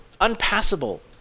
unpassable